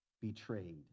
betrayed